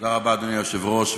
תודה רבה, אדוני היושב-ראש.